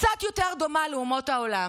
קצת יותר דומה לאומות העולם,